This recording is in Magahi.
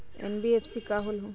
एन.बी.एफ.सी का होलहु?